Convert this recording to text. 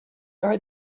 are